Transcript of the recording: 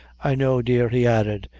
i know, dear, he added,